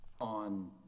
On